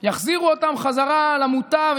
יחזירו אותם בחזרה למוטב,